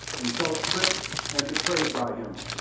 and felt tricked and betrayed by him.